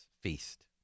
feast